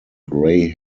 grey